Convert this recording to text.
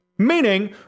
Meaning